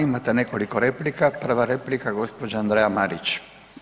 Imate nekoliko replika, prva replika gospođa Andreja Marić.